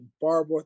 Barb